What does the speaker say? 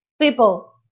people